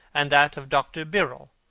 and that of dr. birrell,